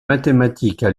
mathématiques